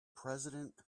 president